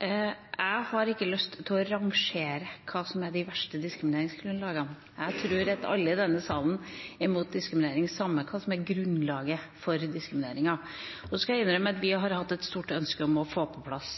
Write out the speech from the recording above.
Jeg har ikke lyst til å rangere hva som er de verste diskrimineringsgrunnlagene. Jeg tror at alle i denne salen er mot diskriminering, samme hva grunnlaget for diskrimineringen er. Jeg skal innrømme at vi har hatt et stort ønske om fort å få på plass